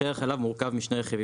מחיר החלב מורכב משני רכיבים.